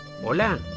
Hola